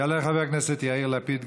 יעלה חבר הכנסת יאיר לפיד.